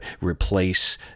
replace